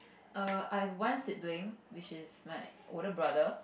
err I have one sibling which is my older brother